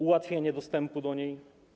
Ułatwienie dostępu do niej.